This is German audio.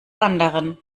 anderen